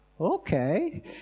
okay